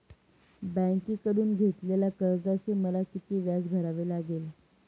बँकेकडून घेतलेल्या कर्जाचे मला किती व्याज भरावे लागेल?